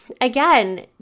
again